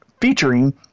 featuring